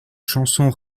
chanson